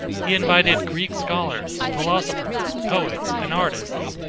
he invited greek scholars, philosophers, poets, and artists,